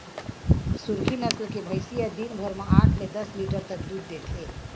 सुरती नसल के भइसी ह दिन भर म आठ ले दस लीटर तक दूद देथे